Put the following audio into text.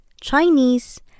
Chinese